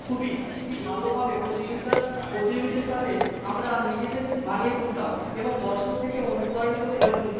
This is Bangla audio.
খুবই ভালোভাবে প্রতিযোগিতায় প্রতিযোগীদের সাথে আমরা নিজেদের মানিয়ে তুলতাম এবং দর্শকদেরকে অনুপ্রাণিত করে তুলতাম